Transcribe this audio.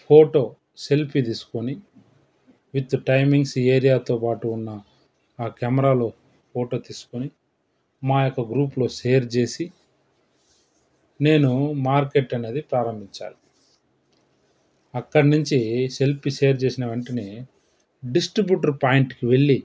photo selfie తీస్కోని with timings ఏరియాతో పాటు ఉన్న ఆ కెమెరాలో ఫోటో తీస్కోని మా యొక్క గ్రూప్లో షేర్ చేసి నేను మార్కెట్ అనేది ప్రారంభించాలి అక్కడ్నించి సెల్ఫీ షేర్ చేసిన వెంటనే డిస్ట్రిబ్యూటర్ పాయింట్కి వెళ్ళి